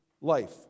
life